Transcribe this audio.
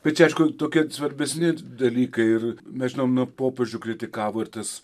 bet čia aišku tokie svarbesni dalykai ir mes žinom nu popiežių kritikavo ir tas